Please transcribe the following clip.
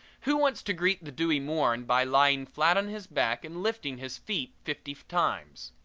who wants to greet the dewy morn by lying flat on his back and lifting his feet fifty times?